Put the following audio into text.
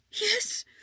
yes